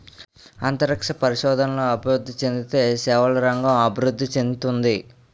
అంతరిక్ష పరిశోధనలు అభివృద్ధి చెందితే సేవల రంగం అభివృద్ధి చెందుతుంది